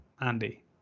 Andy